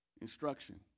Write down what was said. instruction